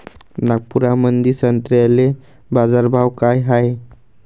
नागपुरामंदी संत्र्याले बाजारभाव काय हाय?